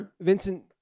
Vincent